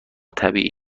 طبیعی